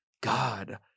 God